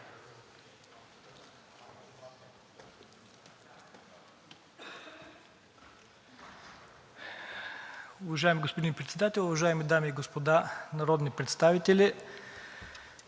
Уважаеми господин Председател, уважаеми дами и господа народни представители!